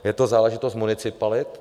Je to záležitost municipalit.